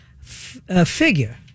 figure